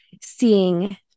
seeing